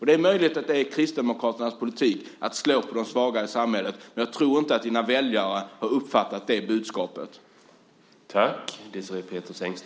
Det är möjligt att det är Kristdemokraternas politik att slå på de svaga i samhället, men jag tror inte att dina väljare har uppfattat det budskapet.